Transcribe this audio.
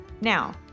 Now